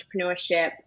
entrepreneurship